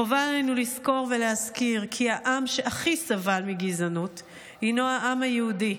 חובה עלינו לזכור ולהזכיר כי העם שהכי סבל מגזענות הינו העם היהודי,